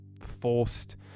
forced